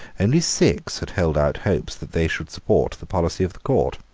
only six had held out hopes that they should support the policy of the court.